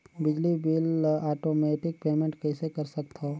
बिजली बिल ल automatic payment कइसे कर सकथव?